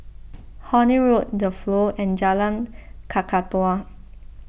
Horne Road the Flow and Jalan Kakatua